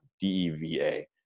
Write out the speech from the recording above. D-E-V-A